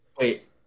Wait